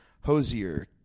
Hosier